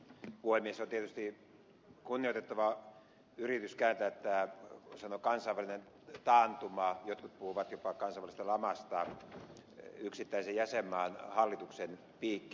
on tietysti kunnioitettava yritys kääntää tämä kansainvälinen taantuma jotkut puhuvat jopa kansainvälisestä lamasta yksittäisen jäsenmaan hallituksen piikkiin